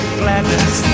gladness